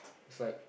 it's like